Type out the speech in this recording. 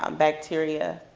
um bacteria.